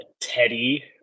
Teddy